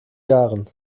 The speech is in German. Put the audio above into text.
jahren